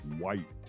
white